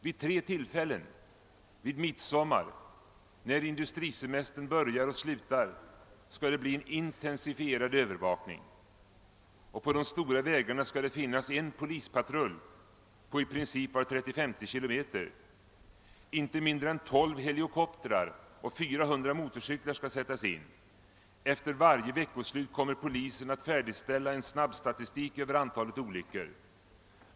Vid tre tillfällen — vid midsommar och när industrisemestern börjar och slutar — skall det bli intensifierad övervakning: På de stora vägarna skall det finnas en polispatrull på i princip var 35 km. Inte mindre än 12 helikoptrar och 400 motorcyklar skall sättas in. Efter varje veckoslut kommer polisen att färdigställa en snabbstatistik över antalet olyckor.